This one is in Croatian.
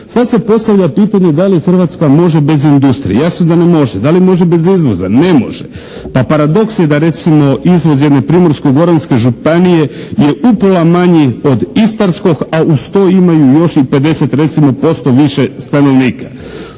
Sad se postavlja pitanje da li Hrvatska može bez industrije? Jasno da ne može. Da li može bez izvoza? Ne može. A paradoks je da recimo izvoz jedne Primorsko-goranske županije je upola manji od istarskog, a uz to imaju još i 50 recimo posto više stanovnika.